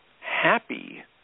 happy